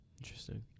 Interesting